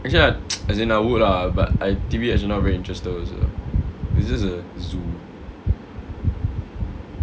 actually I as in I would lah but I T_B_H not very interested also it's just a zoo